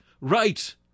right